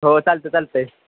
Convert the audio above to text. हो चालतं आहे चालतं आहे